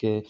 کے